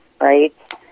right